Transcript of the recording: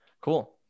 cool